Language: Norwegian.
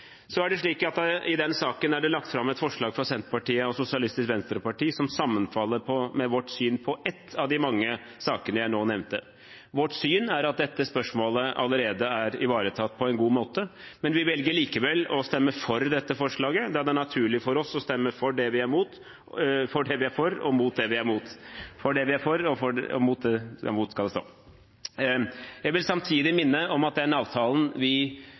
Så er det slik at i denne saken er det lagt fram et forslag fra Senterpartiet og Sosialistisk Venstreparti som sammenfaller med vårt syn på en av de mange sakene jeg nå nevnte. Vårt syn er at dette spørsmålet allerede er ivaretatt på en god måte, men vi velger likevel å stemme for dette forslaget, da det er naturlig for oss å stemme for det vi er for og mot det vi er mot. Jeg vil samtidig minne om at den avtalen vi inngikk i fjor, er langt bredere og går langt dypere enn dette enkeltforslaget, og det